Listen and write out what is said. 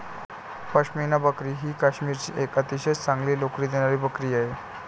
पश्मिना बकरी ही काश्मीरची एक अतिशय चांगली लोकरी देणारी बकरी आहे